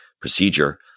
procedure